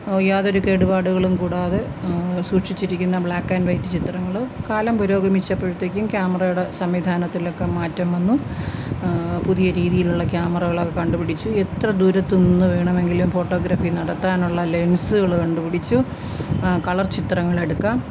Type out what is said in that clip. യാതൊരു കേടുപാടുകളും കൂടാതെ സൂക്ഷിച്ചിരിക്കുന്ന ബ്ലാക്ക് ആൻഡ് വൈറ്റ് ചിത്രങ്ങള് കാലം പുരോഗമിച്ചപ്പോഴത്തേക്കും ക്യാമറയുടെ സംവിധാനത്തിലൊക്കെ മാറ്റം വന്നു പുതിയ രീതിയിലുള്ള ക്യാമറകളൊക്കെ കണ്ടുപിടിച്ചു എത്ര ദൂരത്തു നിന്നു വേണമെങ്കിലും ഫോട്ടോഗ്രാഫി നടത്താനുള്ള ലെൻസുകള് കണ്ടുപിടിച്ചു കളർ ചിത്രങ്ങളെടുക്കാം